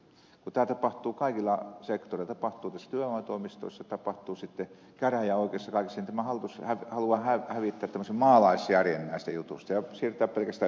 kun tämä tapahtuu kaikilla sektoreilla tapahtuu tietysti työvoimatoimistoissa tapahtuu sitten käräjäoikeuksissa kaikissa niin tämä hallitus haluaa hävittää tämmöisen maalaisjärjen näistä jutuista ja siirtyä pelkästään virkamieskäsittelyyn